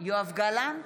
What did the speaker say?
יואב גלנט,